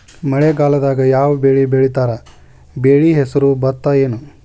ಮಳೆಗಾಲದಾಗ್ ಯಾವ್ ಬೆಳಿ ಬೆಳಿತಾರ, ಬೆಳಿ ಹೆಸರು ಭತ್ತ ಏನ್?